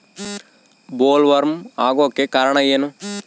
Bollworm ಆಗೋಕೆ ಕಾರಣ ಏನು?